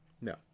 No